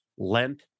lent